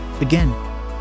Again